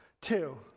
Two